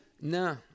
No